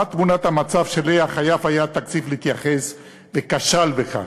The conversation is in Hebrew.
מה תמונת המצב שאליה חייב היה תקציב להתייחס וכשל בכך?